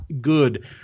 good